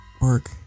work